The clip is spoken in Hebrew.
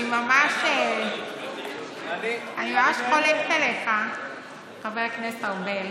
אני ממש חולקת עליך, חבר הכנסת ארבל,